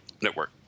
Network